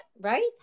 Right